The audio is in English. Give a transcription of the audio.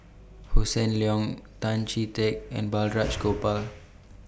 Hossan Leong Tan Chee Teck and Balraj Gopal